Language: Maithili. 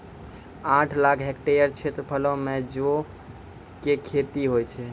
आठ लाख हेक्टेयर क्षेत्रफलो मे जौ के खेती होय छै